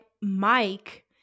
mike